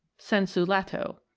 sensu lato.